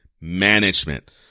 management